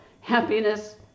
happiness